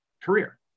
career